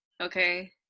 okay